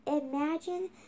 imagine